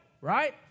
right